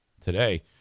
today